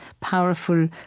powerful